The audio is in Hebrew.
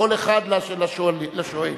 אחד לשואל.